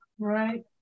right